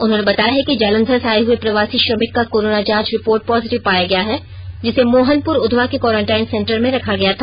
उन्होंने बताया है कि जालंधर से आये हुए प्रवासी श्रमिक का कोरोना जांच रिपोर्ट पोजेटिव पाया गया है जिसे मोहनपुर उधवा के क्वारंटिन सेंटर में रखा गया था